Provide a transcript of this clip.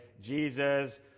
Jesus